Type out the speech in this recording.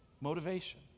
Motivation